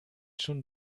schon